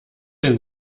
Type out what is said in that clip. den